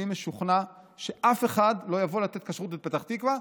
אני משוכנע שאף אחד לא יבוא לתת כשרות בפתח תקווה,